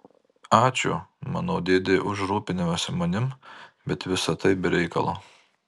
ačiū mano dėdei už rūpinimąsi manimi bet visa tai be reikalo